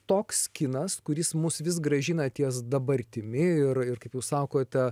toks kinas kuris mus vis grąžina ties dabartimi ir ir kaip jūs sakote